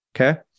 Okay